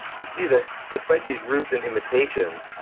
you see that despite these roots in imitation,